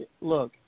look